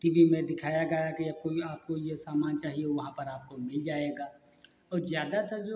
T V में दिखाया गया कि अब कोई आपको यह सामान चाहिए वहाँ पर आपको मिल जाएगा और ज़्यादातर जो